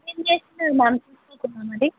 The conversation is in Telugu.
ఏం చేస్తున్నారు మ్యామ్ చూసుకోకుండా మరి